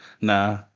nah